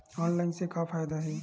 Online से का फ़ायदा हे?